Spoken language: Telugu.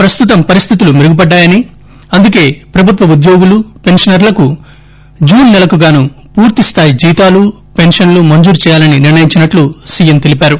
ప్రస్తుతం పరిస్టితులు మెరుగుపడ్డాయని అందుకే ప్రభుత్వ ఉద్యోగులు పెన్వనర్లకు జూన్ నెలకు గాను పూర్తిస్థాయి జీతాలు పెన్వన్లు మంజూరు చేయాలని నిర్ణయించినట్లు సీఎం తెలిపారు